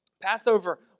Passover